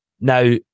Now